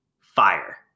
fire